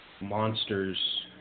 monsters